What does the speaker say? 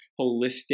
holistic